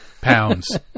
pounds